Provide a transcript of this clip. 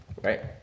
Right